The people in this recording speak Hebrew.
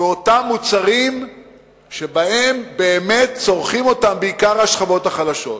באותם מוצרים שצורכים בעיקר השכבות החלשות,